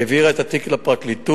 והעבירה את התיק לפרקליטות,